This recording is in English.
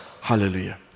Hallelujah